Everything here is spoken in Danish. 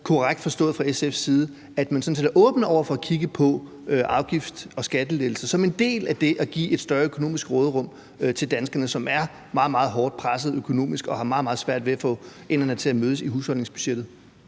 korrekt fra SF's side – at man sådan set er åben for at kigge på afgifts- og skattelettelser som en del af det at give et større økonomisk råderum til danskerne, som er meget, meget hårdt presset økonomisk og har meget, meget svært ved at få enderne til at mødes i husholdningsbudgettet.